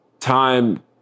Time